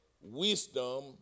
wisdom